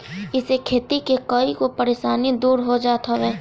इसे खेती के कईगो परेशानी दूर हो जात हवे